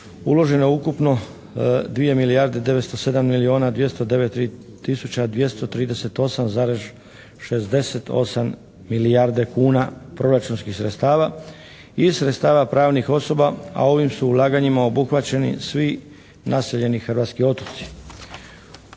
uloženo je ukupno 2 milijarde 907 milijuna 209 tisuća 238,68 milijarde kuna proračunskih sredstava i sredstava pravnih osoba, a ovim su ulaganjima obuhvaćeni svi naseljeni hrvatski otoci.